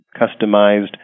customized